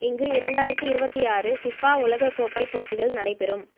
இங்கு இரண்டாயிரத்தி இருபத்தி ஆறு ஃபிஃபா உலகக் கோப்பை போட்டிகள் நடைபெறும்